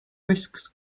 risks